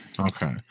Okay